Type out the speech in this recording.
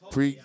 Pre